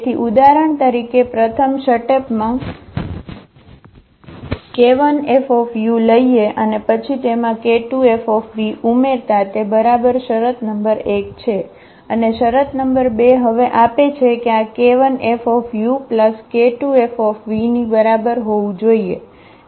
તેથી ઉદાહરણ તરીકે પ્રથમ શટેપ માં k1Fu લઈએ અને પછી તેમાં k2Fv ઉમેરતા તે બરાબર શરત નંબર 1 છે અને શરત નંબર 2 હવે આપે છે કે આ k1Fuk2Fv ની બરાબર હોવું જોઈએ